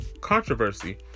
controversy